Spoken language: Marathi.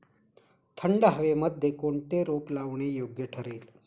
थंड हवेमध्ये कोणते रोप लावणे योग्य ठरेल?